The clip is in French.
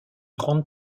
grande